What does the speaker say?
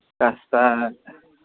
plus sir